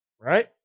Right